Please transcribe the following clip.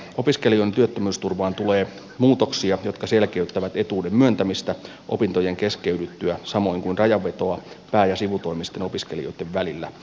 opiskelijoiden työttömyysturvaan tulee muutoksia jotka selkeyttävät etuuden myöntämistä opintojen keskeydyttyä samoin kuin rajanvetoa pää ja sivutoimisten opiskelijoitten välillä